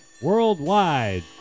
worldwide